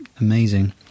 amazing